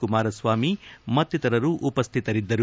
ಕುಮಾರಸ್ವಾಮಿ ಮತ್ತಿತರರು ಉಪಸ್ವಿತರಿದ್ದರು